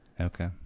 Okay